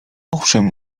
owszem